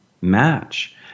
match